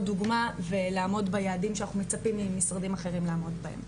דוגמה ולעמוד ביעדים שאנחנו מצפים ממשרדים אחרים לעמוד בהם.